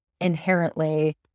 inherently